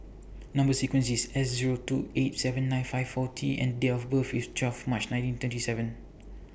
Number sequence IS S Zero two eight seven nine five four T and Date of birth IS twelve March nineteen twenty seven